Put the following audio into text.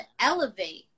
elevate